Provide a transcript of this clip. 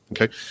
okay